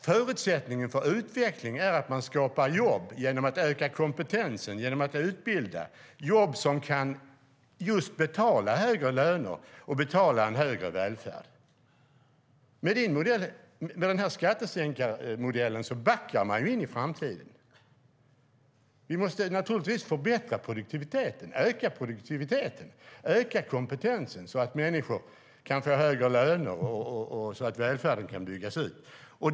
Förutsättningen för utveckling är att man skapar jobb genom att öka folks kompetens och utbilda folk, skapa jobb som kan generera högre löner och bidra till en bättre välfärd. Med den här skattesänkarmodellen backar vi in i framtiden. Vi måste naturligtvis förbättra produktiviteten, öka produktiviteten och öka kompetensen så att människor kan få högre löner och att välfärden kan byggas ut.